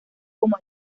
como